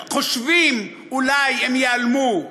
חושבים שאולי הם ייעלמו.